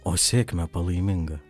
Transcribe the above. o sėkme palaiminga